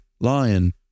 lion